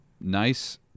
nice